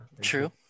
true